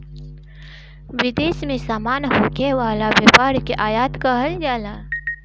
विदेश में सामान होखे वाला व्यापार के आयात कहल जाला